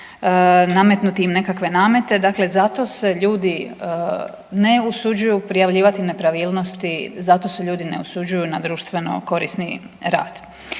nametnuti im nekakve namete. Dakle zato se ljudi ne usuđuju prijavljivati nepravilnosti, zato se ljudi ne usuđuju na društveno korisni rad.